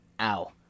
ow